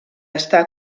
està